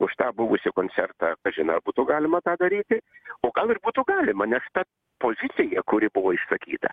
už tą buvusį koncertą kažin ar būtų galima tą daryti o gal ir būtų galima nes ta pozicija kuri buvo išsakyta